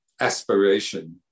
aspiration